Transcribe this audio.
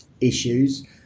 issues